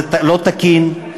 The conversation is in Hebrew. זה לא תקין,